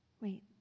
wait